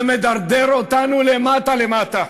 זה מדרדר אותנו למטה למטה.